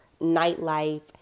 nightlife